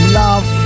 love